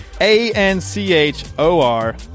A-N-C-H-O-R